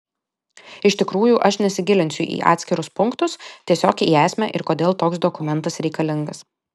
iš tikrųjų aš nesigilinsiu į atskirus punktus tiesiog į esmę ir kodėl toks dokumentas reikalingas